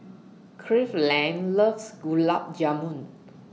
Cleveland loves Gulab Jamun